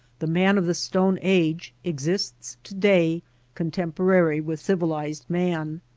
the man of the stone age exists to-day contemporary with civilized man.